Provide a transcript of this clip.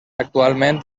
actualment